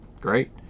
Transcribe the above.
great